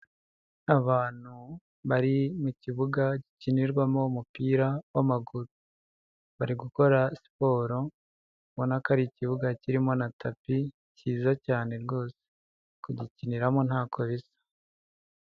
Abantu bari mu kibuga gikinirwamo umupira w'amaguru, bari gukora siporo, ubona ko ari ikibuga kirimo na tapi, cyiza cyane rwose, kugikiniramo ntako bisa.